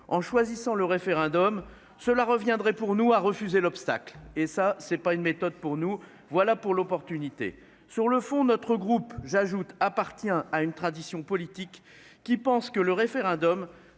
En choisissant le référendum. Cela reviendrait pour nous a refusé l'obstacle et ça c'est pas une méthode pour nous. Voilà pour l'opportunité, sur le fond, notre groupe j'ajoute appartient à une tradition politique qui pense que le référendum